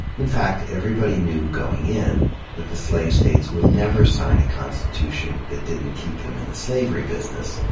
in fact, everybody knew going in that the slave states would never sign a constitution that didn't keep them in the slavery business.